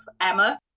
Emma